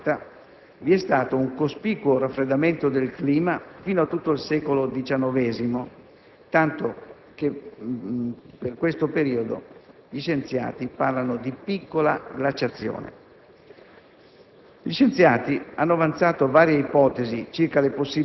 Successivamente, in particolare a partire dal 1650, vi è stato un cospicuo raffreddamento del clima fino a tutto il secolo XIX (tanto che per questo periodo gli scienziati parlano di piccola glaciazione).